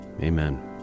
Amen